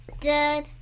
Good